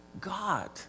God